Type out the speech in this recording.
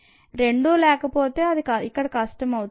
రెండూ లేకపోతే అది ఇక్కడ కష్టం అవుతుంది